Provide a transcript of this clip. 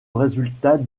résultat